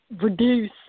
reduce